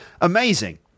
Amazing